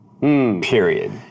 Period